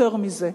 יותר מזה,